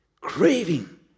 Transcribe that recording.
craving